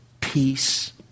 peace